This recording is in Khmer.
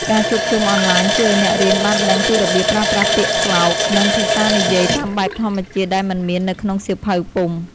ការជួបជុំអនឡាញជួយឱ្យអ្នករៀនបានដឹងពីរបៀបប្រើប្រាស់ពាក្យស្លោក និងភាសានិយាយតាមបែបធម្មជាតិដែលមិនមាននៅក្នុងសៀវភៅពុម្ព។